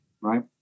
right